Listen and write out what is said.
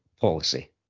policy